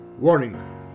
Warning